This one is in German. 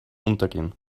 untergehen